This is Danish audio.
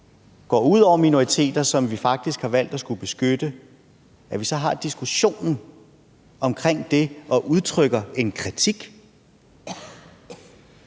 går ud over minoriteter, som vi faktisk har valgt at skulle beskytte – altså at vi så har diskussionen omkring det og udtrykker en kritik?